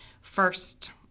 first